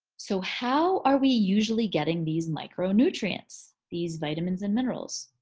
so how are we usually getting these micronutrients? these vitamins and minerals?